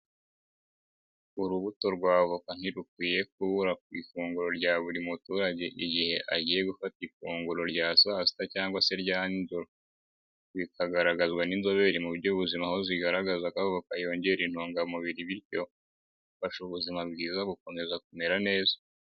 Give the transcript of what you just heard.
Urubuto rwa avoka ntirukwiye kubura ku ifunguro rya buri muturage igihe agiye gufata ifunguro rya saa sita cyangwa se rya nijoro, bikagaragazwa n'inzobere mu by'ubuzima aho zigaragaza ko avoka yongera intungamubiri bityo igafasha ubuzima bwiza gukomeza kumera neza.